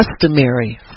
Customary